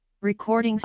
Recordings